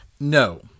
No